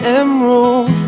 emerald